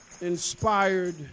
Inspired